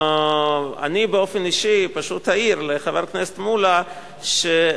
אני באופן אישי פשוט אעיר לחבר הכנסת מולה שאף